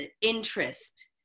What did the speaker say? interest